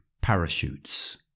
parachutes